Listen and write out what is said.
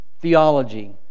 theology